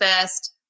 first